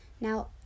Now